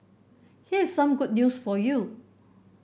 here's some good news for you